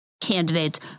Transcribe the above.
candidates